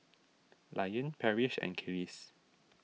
Liane Parrish and Kelis